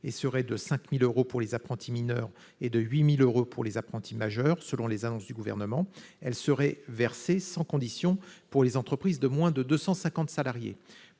Fixée à 5 000 euros pour les apprentis mineurs et à 8 000 euros pour les apprentis majeurs, selon les annonces du Gouvernement, elle serait versée sans condition aux entreprises de moins de 250 salariés.